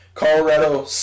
Colorado